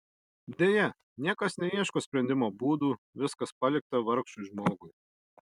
deja niekas neieško sprendimo būdų viskas palikta vargšui žmogui